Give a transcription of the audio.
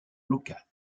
local